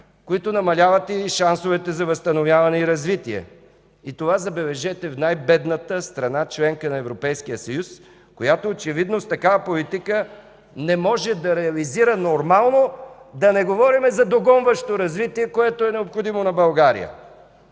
което намалява шансовете за възстановяване и развитие. И това, забележете, в най-бедната страна – членка на ЕС, която очевидно с такава политика не може да реализира нормално, да не говорим за догонващо развитие, което е необходимо на България.